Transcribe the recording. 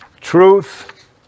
truth